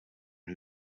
who